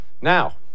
Now